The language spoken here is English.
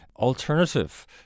alternative